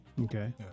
Okay